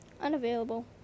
unavailable